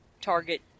target